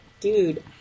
dude